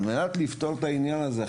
על מנת לפתור את העניין הזה,